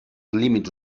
límits